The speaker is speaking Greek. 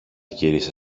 γύρισε